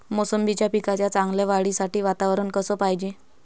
मोसंबीच्या पिकाच्या चांगल्या वाढीसाठी वातावरन कस पायजे?